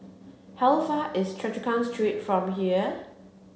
how far is Choa Chu Kang Street from here